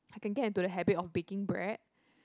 I can get into the habit of baking bread